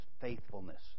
faithfulness